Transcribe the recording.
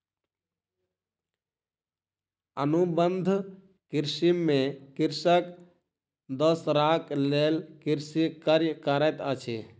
अनुबंध कृषि में कृषक दोसराक लेल कृषि कार्य करैत अछि